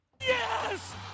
Yes